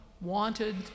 wanted